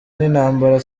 n’intambara